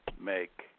make